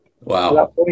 Wow